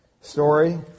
story